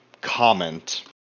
comment